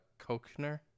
Kochner